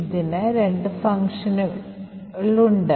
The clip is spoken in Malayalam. ഇതിന് രണ്ട് ഫംഗ്ഷനുകളുണ്ട്